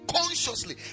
Consciously